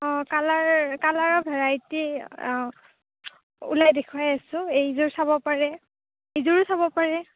colour কালাৰৰ variety উলাই দেখুৱাই আছোঁ এইযোৰ চাব পাৰে এইযোৰো চাব পাৰে